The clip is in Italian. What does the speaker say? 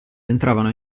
entravano